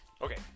Okay